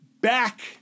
back